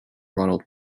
ronald